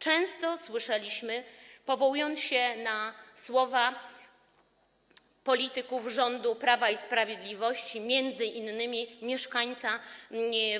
Często słyszeliśmy, powołuję się na słowa polityków rządu Prawa i Sprawiedliwości, m.in. mieszkańca